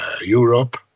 Europe